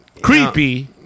creepy